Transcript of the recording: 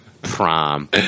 Prom